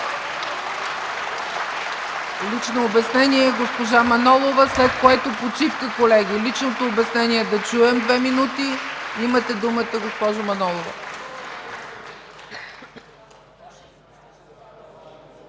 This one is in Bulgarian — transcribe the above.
Лично обяснение – госпожа Манолова, след което – почивка, колеги. Да чуем личното обяснение – две минути. Имате думата, госпожо Манолова.